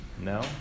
No